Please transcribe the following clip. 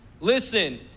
Listen